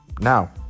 Now